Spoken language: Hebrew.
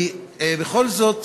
בכל זאת